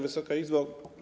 Wysoka Izbo!